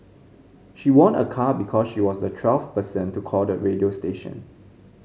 she won a car because she was the twelfth person to call the radio station